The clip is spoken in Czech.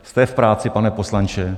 Jste v práci, pane poslanče.